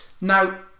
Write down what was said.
Now